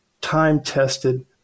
time-tested